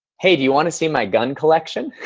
hey, do you want to see my gun collection?